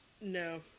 No